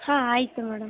ಹಾಂ ಆಯಿತು ಮೇಡಮ್